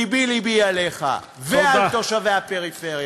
לבי-לבי עליך ועל תושבי הפריפריה.